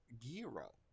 Giro